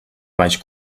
baix